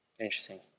interesting